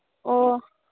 ꯑꯣ